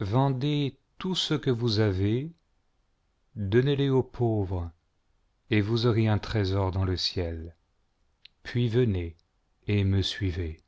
vendez tout ce que vous avez donnez le aux pauvres et vous aurez un trésor dans le ciel puis venez et me suivez